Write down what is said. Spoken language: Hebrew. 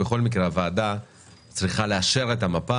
בכל מקרה הוועדה צריכה לאשר את המפה